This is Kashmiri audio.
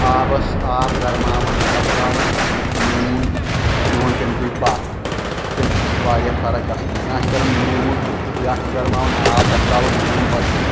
آبَس آب گَرماوان تَتھ ترٛاوان نوٗن تہٕ دِوان تَمہِ کُے بَہہ تہٕ تَمہِ سۭتۍ تہِ چھِ واریاہ فرق گژھان یا چھِ کَران نوٗن یا چھِ گَرماوان آب تَتھ ترٛاوان نوٗن پَتہٕ چھِ